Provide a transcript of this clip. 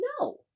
No